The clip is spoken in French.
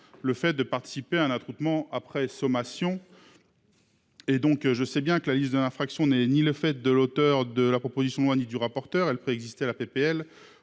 le fait de participer à un attroupement après sommation. Et donc, je sais bien que la liste de l'infraction n'est ni le fait de l'auteur de la proposition de loi ni du rapporteur elle peut exister à la PPL